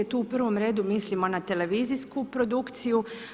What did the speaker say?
Tu u prvom redu mislimo na televizijsku produkciju.